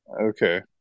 Okay